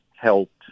helped